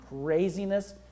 craziness